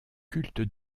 culte